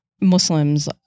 Muslims